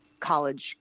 college